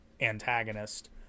antagonist